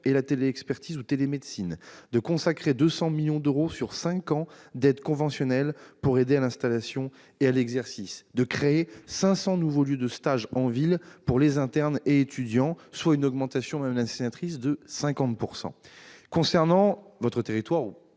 et, plus généralement, la télémédecine ; de consacrer 200 millions d'euros sur cinq ans sous la forme d'aides conventionnelles pour aider à l'installation et à l'exercice ; de créer 500 nouveaux lieux de stages en ville pour les internes et étudiants, soit une augmentation de 50 %. Concernant l'Aisne,